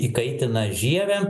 įkaitina žievę